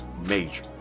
major